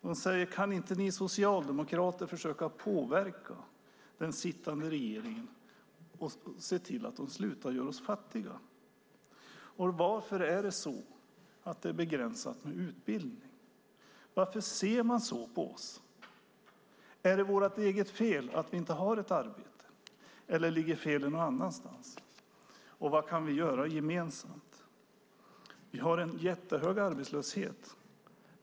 De säger: Kan inte ni socialdemokrater försöka påverka den sittande regeringen och se till att den slutar göra oss fattiga? Varför är det begränsat till utbildning? Varför ser man så på oss? Är det vårt eget fel att vi inte har något arbete, eller ligger felet någon annanstans? Vad kan vi göra gemensamt? Vi har en jättehög arbetslöshet.